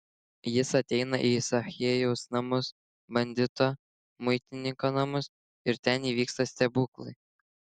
jis ateina į zachiejaus namus bandito muitininko namus ir ten įvyksta stebuklai